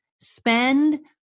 Spend